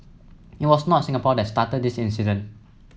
it was not Singapore that started this incident